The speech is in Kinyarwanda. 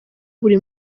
buri